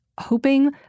hoping